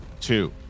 two